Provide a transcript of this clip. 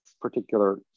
particular